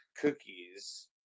cookies